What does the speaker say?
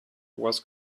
was